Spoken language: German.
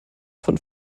von